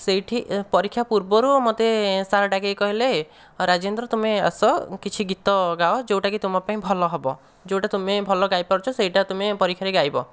ସେଇଠି ପରୀକ୍ଷା ପୂର୍ବରୁ ମୋତେ ସାର୍ ଡାକିକି କହିଲେ ଆଉ ରାଜେନ୍ଦ୍ର ତୁମେ ଆସ କିଛି ଗୀତ ଗାଅ ଯେଉଁଟା ତୁମ ପାଇଁ ଭଲ ହେବ ଯେଉଁଟା ତୁମେ ଭଲ ଗାଇପାରୁଛ ସେଇଟା ତୁମେ ପରୀକ୍ଷାରେ ଗାଇବ